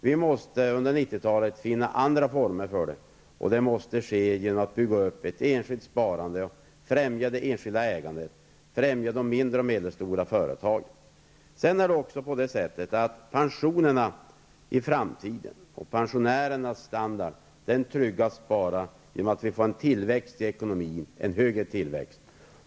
Vi måste under 90-talet finna andra former, och det måste ske genom uppbyggnad av ett enskilt sparande och genom främjande av det enskilda ägandet och av de mindre och medelstora företagen. De framtida pensionerna och pensionärernas standard på sikt kan vidare tryggas bara genom att vi får en högre tillväxt i ekonomin.